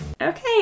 Okay